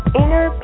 inner